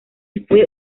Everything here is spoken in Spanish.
fue